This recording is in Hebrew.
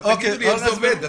אבל תגידו לי איך זה עובד?